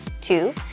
two